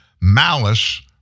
malice